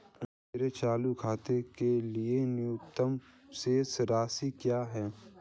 मेरे चालू खाते के लिए न्यूनतम शेष राशि क्या है?